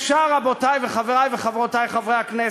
אפשר, רבותי וחברי וחברותי חברי הכנסת.